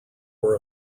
were